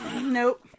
Nope